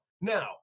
now